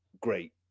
great